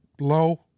low